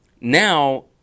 Now